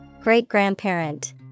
Great-grandparent